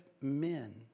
men